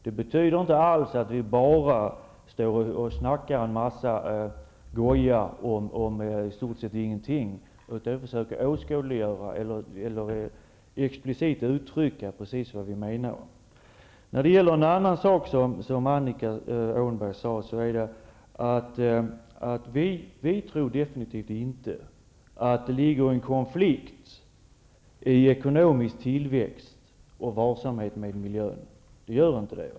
Det innebär inte att vi bara pratar en massa goja om i stort sett ingenting. Vi försöker att explicit uttrycka precis vad vi menar. Sedan till en annan sak som Annika Åhnberg nämnde. Vi tror definitivt inte att det ligger en konflikt i ekonomisk tillväxt och varsamhet med miljön. Det gör inte det.